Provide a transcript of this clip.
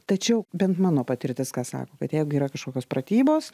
tačiau bent mano patirtis ką sako kad jeigu yra kažkokios pratybos